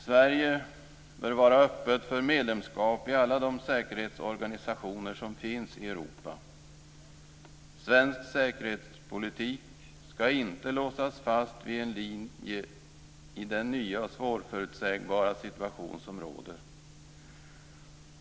Sverige bör vara öppet för medlemskap i alla de säkerhetsorganisationer som finns i Europa. Svensk säkerhetspolitik skall inte låsas fast vid en linje i den nya och svårförutsägbara situation som råder.